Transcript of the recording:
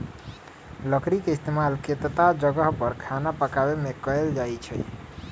लकरी के इस्तेमाल केतता जगह पर खाना पकावे मे कएल जाई छई